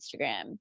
Instagram